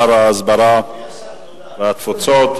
תודה לשר ההסברה והתפוצות.